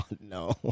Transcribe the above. No